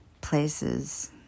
places